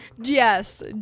Yes